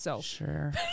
Sure